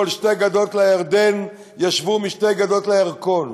על שתי גדות לירדן ישבו משתי גדות הירקון.